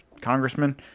congressman